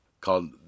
called